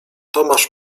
tomasz